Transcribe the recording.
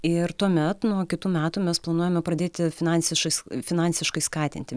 ir tuomet nuo kitų metų mes planuojame pradėti finansisiš finansiškai skatinti